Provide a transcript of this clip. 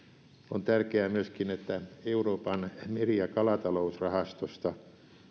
on tärkeää myöskin että euroopan meri ja kalatalousrahastosta